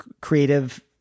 creative